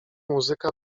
muzyka